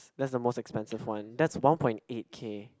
that's the most expensive one that's one point eight K